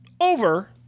over